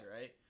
Right